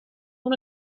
nun